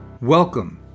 Welcome